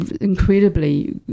incredibly